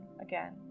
again